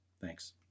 Thanks